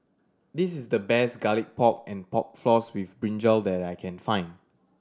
this is the best Garlic Pork and Pork Floss with brinjal that I can find